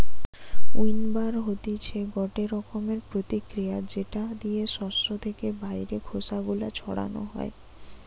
উইন্নবার হতিছে গটে রকমের প্রতিক্রিয়া যেটা দিয়ে শস্য থেকে বাইরের খোসা গুলো ছাড়ানো হয়